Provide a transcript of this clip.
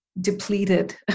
Depleted